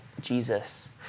Jesus